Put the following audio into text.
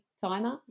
timer